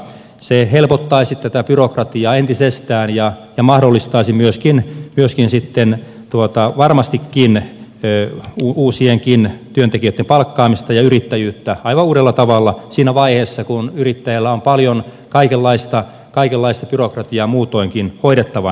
se helpottaisi tätä byrokratiaa entisestään ja mahdollistaisi myöskin sitten varmastikin uusienkin työntekijöitten palkkaamista ja yrittäjyyttä aivan uudella tavalla siinä vaiheessa kun yrittäjällä on paljon kaikenlaista byrokratiaa muutoinkin hoidettavana